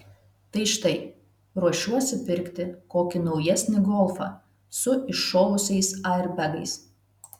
tai štai ruošiuosi pirkti kokį naujesnį golfą su iššovusiais airbegais